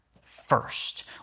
first